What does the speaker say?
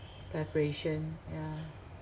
preparation yeah